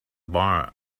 bar